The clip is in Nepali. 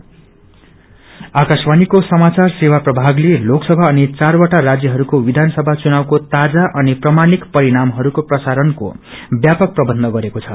प्रोग्राम आकाशवाणीको समाचार सेवा प्रमाग्ले ालोकसमा अनि चारवटा राज्यहरूको विधानसभा चुनाक्को ताजा अनि प्रामाणिक परिणामहरूको प्रसारणको व्यापक प्रबन्ध गरेको छ